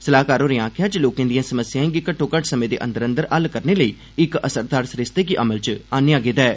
सलाह्कार होरें गलाया जे लोकें दिएं समस्याएं गी घट्टो घट्ट समें दे अंदर अंदर हल करने लेई इक असरदार सरिस्ते गी अमल च आंदा गेदा ऐ